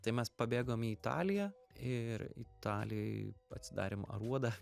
tai mes pabėgom į italiją ir italijoj atsidarėm aruodą